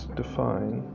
define